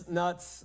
nuts